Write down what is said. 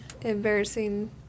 embarrassing